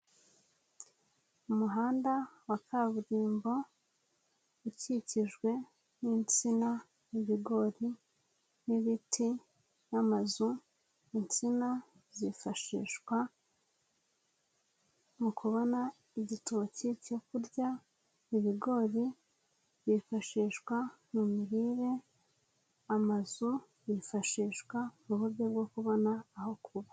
Umuhanda wa kaburimbo ukikijwe n'insina n'ibigori n'ibiti n'amazu, insina zifashishwa mu kubona igitoki cyo kurya, ibigori byifashishwa mu mirire, amazu yifashishwa mu uburyo bwo kubona aho kuba.